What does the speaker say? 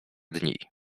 dni